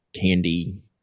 candy